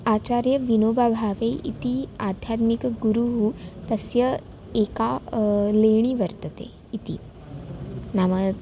आचार्यविनोबाभावे इति आध्यात्मिकगुरुः तस्य एका लेणी वर्तते इति नाम